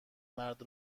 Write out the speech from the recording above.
مرد